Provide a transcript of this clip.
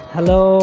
Hello